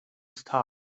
star